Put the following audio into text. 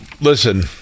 Listen